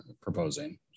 proposing